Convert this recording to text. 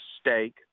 stake